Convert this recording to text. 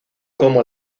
como